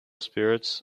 spirits